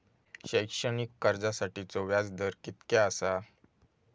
शैक्षणिक कर्जासाठीचो व्याज दर कितक्या आसा?